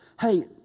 Hey